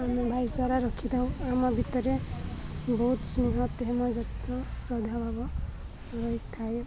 ଆମେ ଭାଇ ଚାରା ରଖିଥାଉ ଆମ ଭିତରେ ବହୁତ ସ୍ନେହ ପ୍ରେମ ଯତ୍ନ ଶ୍ରଦ୍ଧାଭାବ ରହିଥାଏ